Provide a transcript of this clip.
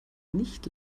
nicht